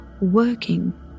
working